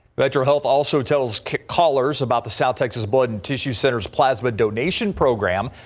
metro health also tells kick callers about the south texas blood and tissue center is plasma donation program.